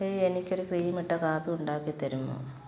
hey എനിക്ക് ഒരു cream ഇട്ട കാപ്പി ഉണ്ടാക്കി തരുമോ